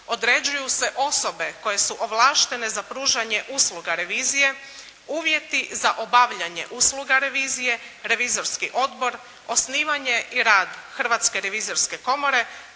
Određuju se osobe koje su ovlaštene za pružanje usluga revizije, uvjeti za obavljanje usluga revizije, revizorski otpor, osnivanje i rad Hrvatske revizorske komoore